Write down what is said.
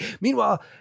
Meanwhile